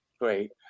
Great